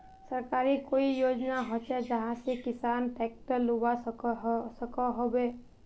सरकारी कोई योजना होचे जहा से किसान ट्रैक्टर लुबा सकोहो होबे?